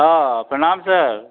हॅं प्रणाम सर